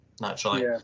naturally